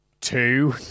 two